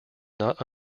not